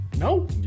No